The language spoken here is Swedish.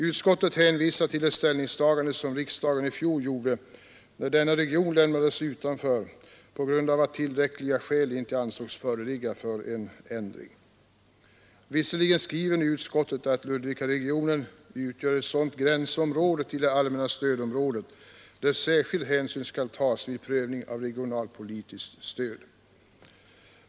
Utskottet hänvisar till det ställningstagande som riksdagen i fjol gjorde, när denna region lämnades utanför på grund av att tillräckliga skäl inte ansågs föreligga för en ändring. Visserligen skriver nu utskottet att Ludvikaregionen utgör ett sådant gränsområde till det allmänna stödområdet, där särskild hänsyn skall tas vid prövning av regionalpolitiskt stöd.